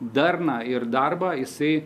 darną ir darbą jisai